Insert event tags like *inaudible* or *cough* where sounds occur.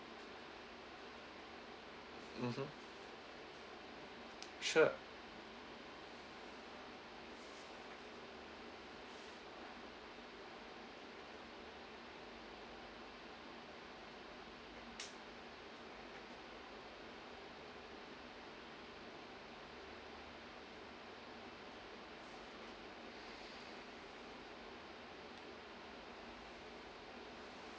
mmhmm *noise* sure *breath*